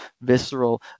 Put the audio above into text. visceral